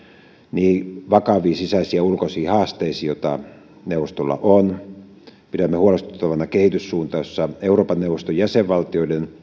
niihin vakaviin sisäisiin ja ulkoisiin haasteisiin joita neuvostolla on pidämme huolestuttavana kehityssuuntaa jossa euroopan neuvoston jäsenvaltioiden